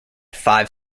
five